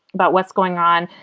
about what's going on.